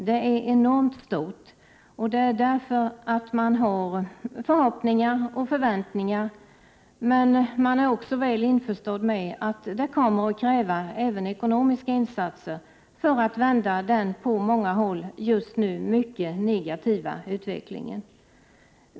Det är enormt stort — därför att man har förhoppningar och förväntningar. Men man är också väl införstådd med att det kommer att krävas även ekonomiska insatser för att vända den på många håll just nu mycket negativa utvecklingen.